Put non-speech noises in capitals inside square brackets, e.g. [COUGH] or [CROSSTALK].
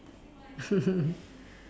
[LAUGHS]